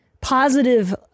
positive